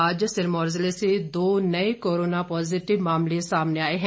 आज सिरमौर जिले से दो नए कोरोना पॉजिटिव मामले सामने आए है